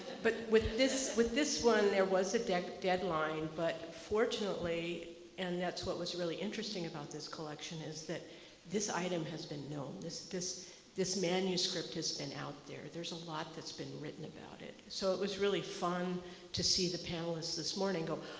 but with this with this one there was a deadline, but fortunately and that's what was really interesting about this collection, is that this item has been known. this this manuscript has been out there. there's a lot that's been written about it. so it was really fun to see the panelists this morning go,